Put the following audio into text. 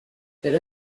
pero